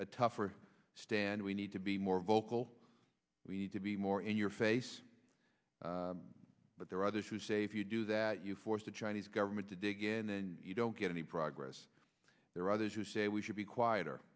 tougher stand we need to be more vocal we need to be more in your face but there are others who say if you do that you force the chinese government to dig in and then you don't get any progress there are others who say we should be quiet